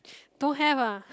don't have ah